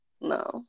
No